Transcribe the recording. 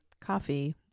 coffee